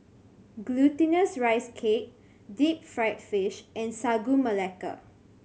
Glutinous Rice Cake deep fried fish and Sagu Melaka